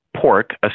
pork